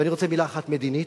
ואני רוצה מלה אחת מדינית,